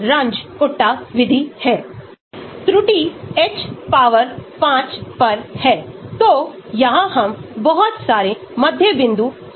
एक QSAR समीकरण जो योगिक है विभिन्न भौतिक रासायनिक गुणों से संबंधित एक श्रृंखला की जैविक गतिविधि के लिए